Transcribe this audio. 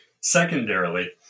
Secondarily